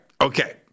okay